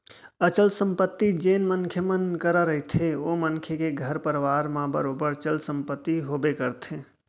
अचल संपत्ति जेन मनखे मन करा रहिथे ओ मनखे के घर परवार म बरोबर चल संपत्ति होबे करथे